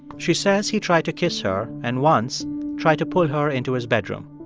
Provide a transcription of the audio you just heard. she says he tried to kiss her and once tried to pull her into his bedroom.